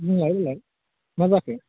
बुंलाय बुंलाय मा जाखो